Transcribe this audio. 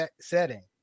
setting